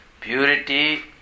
purity